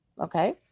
Okay